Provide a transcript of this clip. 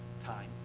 time